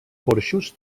porxos